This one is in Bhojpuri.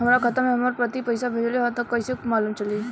हमरा खाता में हमर पति पइसा भेजल न ह त कइसे मालूम चलि?